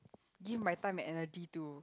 give my time and energy to